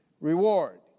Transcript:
reward